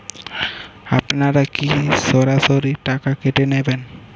আপনারা কি সরাসরি টাকা কেটে নেবেন?